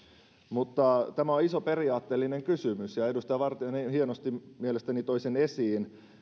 mutta tämä on iso periaatteellinen kysymys ja edustaja vartiainen hienosti mielestäni toi sen esiin